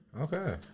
Okay